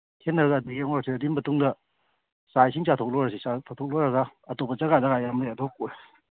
ꯊꯦꯡꯅꯔꯒ ꯌꯦꯡꯉꯨꯔꯁꯤ ꯑꯗꯨꯒꯤ ꯃꯇꯨꯡꯗ ꯆꯥꯛ ꯏꯁꯤꯡ ꯆꯥꯊꯣꯛꯂꯨꯔꯁꯤ ꯆꯥꯛ ꯆꯥꯊꯣꯛ ꯂꯣꯏꯔꯒ ꯑꯇꯣꯞꯄ ꯖꯒꯥ ꯖꯒꯥ ꯌꯥꯝ ꯂꯩ ꯑꯗꯨ